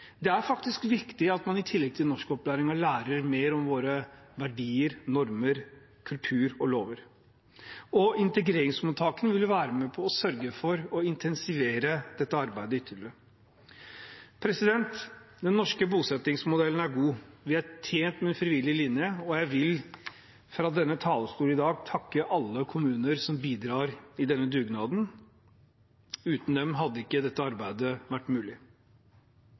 Det er faktisk viktig at man i tillegg til norskopplæring lærer mer om våre verdier, normer, kultur og lover. Integreringsmottakene vil være med og sørge for å intensivere dette arbeidet ytterligere. Den norske bosettingsmodellen er god. Vi er tjent med en frivillig linje, og jeg vil fra denne talerstol i dag takke alle kommuner som bidrar i denne dugnaden. Uten dem hadde ikke dette arbeidet vært mulig.